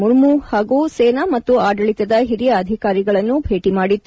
ಮುರ್ಮು ಹಾಗೂ ಸೇನಾ ಮತ್ತು ಅಡಳಿತದ ಹಿರಿಯ ಅಧಿಕಾರಿಗಳನ್ನು ಭೇಟಿ ಮಾಡಿತ್ತು